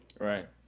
Right